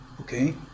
Okay